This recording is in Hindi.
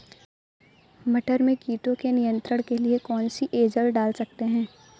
मटर में कीटों के नियंत्रण के लिए कौन सी एजल डाल सकते हैं?